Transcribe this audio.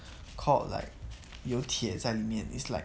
called like 有铁在里面 is like